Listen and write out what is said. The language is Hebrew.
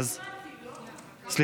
גם